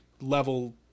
level